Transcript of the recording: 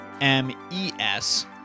M-E-S